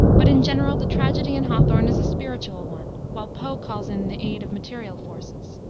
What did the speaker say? but in general the tragedy in hawthorne is a spiritual one, while poe calls in the aid of material forces.